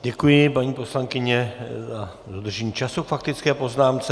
Děkuji, paní poslankyně, za dodržení času k faktické poznámce.